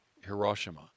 Hiroshima